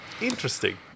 Interesting